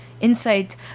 insight